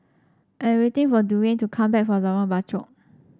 I'm waiting for Duwayne to come back from Lorong Bachok